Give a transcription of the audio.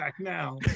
now